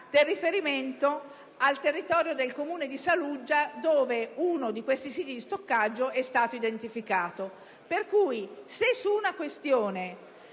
del riferimento al territorio del comune di Saluggia, dove uno di questi siti di stoccaggio è stato identificato. Se su una questione